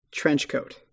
Trenchcoat